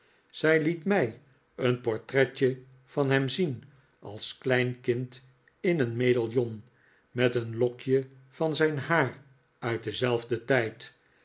zij met mij een portretje van hem zien als klein kind in een medaillon met een lokje van zijn haar uit denzelfden tijd